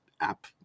app